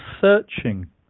searching